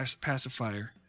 pacifier